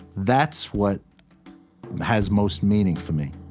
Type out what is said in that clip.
that's what has most meaning for me